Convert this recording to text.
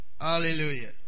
Hallelujah